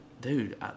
dude